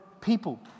people